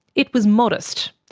it was modest.